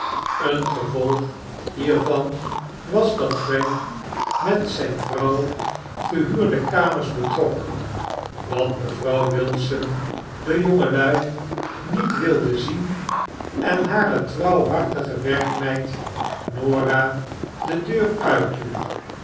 een gevolg tkeurige bemchten hiervan was dat prank met zgne vrouw gehuurde kamers betrok dat mevrouw wilson de jongelui niet wilde zien en hare trouwhartige werkmeid norah de denr uitjoeg